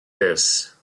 this